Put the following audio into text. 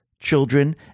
children